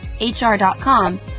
HR.com